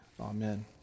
Amen